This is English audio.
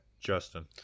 Justin